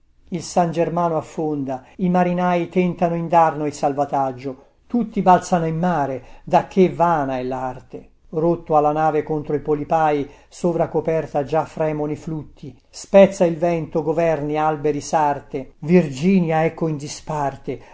il san germano affonda i marinai tentano indarno il salvataggio tutti balzano in mare da che vana è larte rotto ha la nave contro i polipai sovra coperta già fremono i flutti spezza il vento governi alberi sarte virginia ecco in disparte